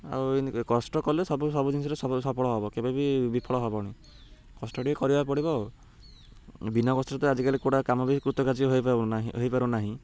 ଆଉ ଏମିତ କଷ୍ଟ କଲେ ସବୁ ସବୁ ଜିନିଷରେ ସଫଳ ହେବ କେବେବି ବିଫଳ ହେବନି କଷ୍ଟ ଟିକେ କରିବାକୁ ପଡ଼ିବ ଆଉ ବିନା କଷ୍ଟରେ ତ ଆଜିକାଲି କେଉଁଟା କାମ ବି କୃତକାର୍ଯ୍ୟ ହେଇ ପାରୁନାହିଁ ହେଇ ପାରୁନାହିଁ